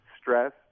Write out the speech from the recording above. stress